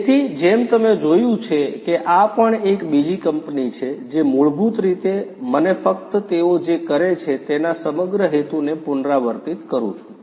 તેથી જેમ તમે જોયું છે કે આ પણ એક બીજી કંપની છે જે મૂળભૂત રીતે મને ફક્ત તેઓ જે કરે છે તેના સમગ્ર હેતુને પુનરાવર્તિત કરું છું